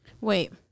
Wait